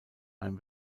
ein